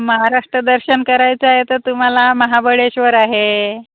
महाराष्ट्र दर्शन करायचं आहे तर तुम्हाला महाबळेश्वर आहे